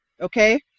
okay